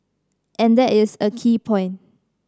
and that is a key point